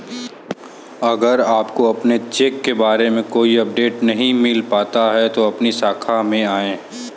अगर आपको अपने चेक के बारे में कोई अपडेट नहीं मिल पाता है तो अपनी शाखा में आएं